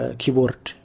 keyboard